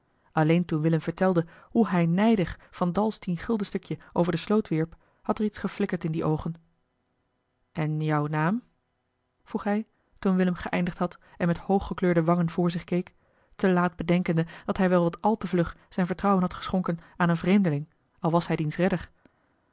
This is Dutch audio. alleen toen willem vertelde hoe hij nijdig van dals tienguldenstukje over de sloot wierp had er iets geflikkerd in die oogen en jou naam vroeg hij toen willem geëindigd had en met hooggekleurde wangen voor zich keek te laat bedenkende dat hij wel wat al te vlug zijn vertrouwen had geschonken aan een vreemdeling al was hij diens redder